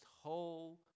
whole